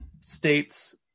states